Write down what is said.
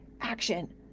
action